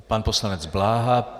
Pan poslanec Bláha.